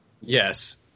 Yes